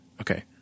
Okay